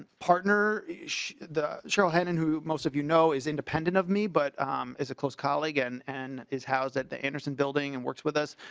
ah partner inch the show hadn't who most of you know is independent of me but um is a close colleague and an his house at the anderson building and works with us.